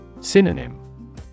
Synonym